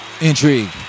Intrigue